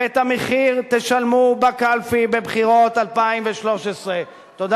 ואת המחיר תשלמו בקלפי בבחירות 2013. לא אנחנו.